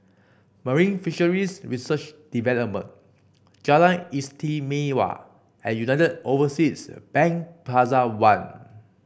Marine Fisheries Research Department Jalan Istimewa and United Overseas Bank Plaza One